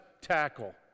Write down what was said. tackle